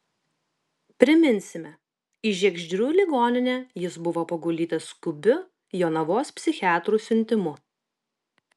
priminsime į žiegždrių ligoninę jis buvo paguldytas skubiu jonavos psichiatrų siuntimu